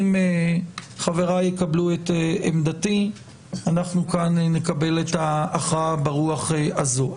אם חבריי יקבלו את עמדתי אנחנו כאן נקבל את ההכרעה ברוח הזו.